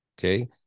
Okay